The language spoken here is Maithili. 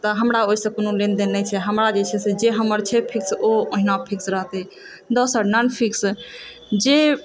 तऽ हमरा ओहिसँ कोनो लेनदेन नहि छै हमरा जे छै से जे हमर छै फिक्स ओ ओहिना फिक्स रहतै दोसर नान फिक्स जे